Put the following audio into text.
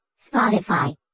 Spotify